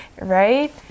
Right